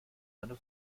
eine